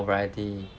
oh variety